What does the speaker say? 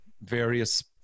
various